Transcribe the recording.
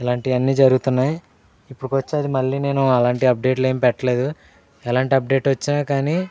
ఇలాంటివన్నీ జరుగుతున్నాయి ఇప్పటికీ వచ్చి అది మళ్ళీ నేను అలాంటి అప్డేట్లేమి పెట్టలేదు ఎలాంటి అప్డేట్ వచ్చినా కానీ